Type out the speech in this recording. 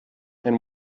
and